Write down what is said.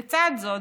בצד זאת,